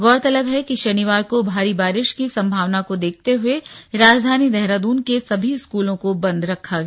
गौरतलब है कि शनिवार को भारी बारिश की संभावना को देखते हुए राजधानी देहरादून के सभी स्कूलों को बंद रखा गया